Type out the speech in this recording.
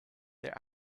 their